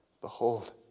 Behold